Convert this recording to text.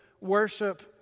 worship